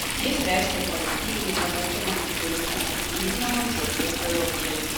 jis reiškia kolektyvinį tapatumą kuris apibūdinamas žodžiu europietis